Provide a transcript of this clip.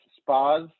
spas